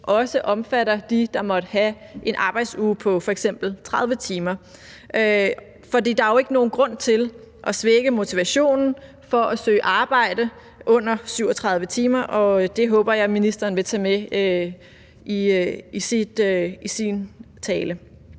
også omfatter dem, der måtte have en arbejdsuge på f.eks. 30 timer, for der er jo ikke nogen grund til at svække motivationen for at søge arbejde på under 37 timer. Det håber jeg at ministeren vil tage med i sin tale.